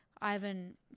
Ivan